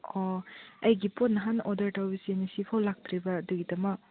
ꯑꯣ ꯑꯩꯒꯤ ꯄꯣꯠ ꯅꯍꯥꯟ ꯑꯣꯗꯔ ꯇꯧꯕꯁꯤ ꯉꯁꯤ ꯐꯥꯎ ꯂꯥꯛꯇ꯭ꯔꯤꯕ ꯑꯗꯨꯒꯤꯗꯃꯛ